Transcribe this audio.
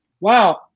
wow